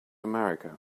america